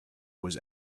was